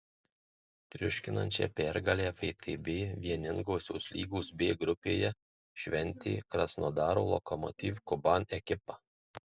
triuškinančią pergalę vtb vieningosios lygos b grupėje šventė krasnodaro lokomotiv kuban ekipa